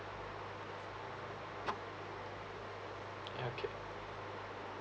okay